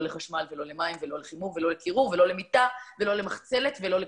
לחשמל ולא למים ולא לחימום ולא לקירור ולא למיטה ולא למחצלת ולא לכלום.